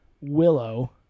Willow